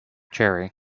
cherry